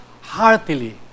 heartily